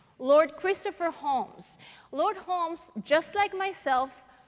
lord christopher holmes lord holmes, just like myself,